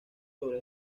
sobre